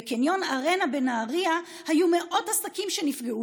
בקניון ארנה בנהריה היו מאות עסקים שנפגעו